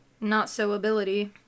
not-so-ability